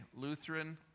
Lutheran